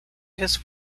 his